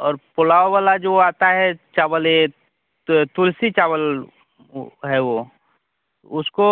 और पुलाव वाला जो आता है चावल यह तुलसी चावल ओ है वह उसको